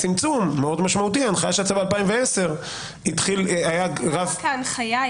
ב-2020 היה צמצום מאוד משמעותי --- זו לא רק ההנחיה.